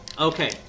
Okay